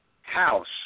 house